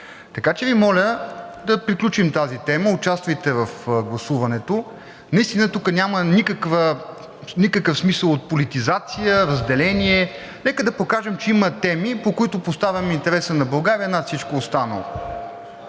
Така че Ви моля да приключим тази тема. Участвайте в гласуването. Наистина тук няма никакъв смисъл от политизация, от разделение, нека покажем, че има теми, по които поставяме интереса на България над всичко останало.